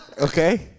Okay